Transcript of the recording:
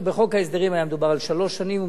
בחוק ההסדרים היה מדובר על שלוש שנים,